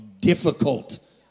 difficult